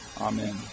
Amen